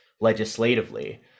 legislatively